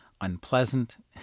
unpleasant